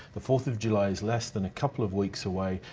the fourth of july is less than a couple of weeks away,